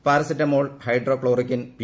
paracetamol ഹൈഡ്രോക്ലോറിക്കിൻ P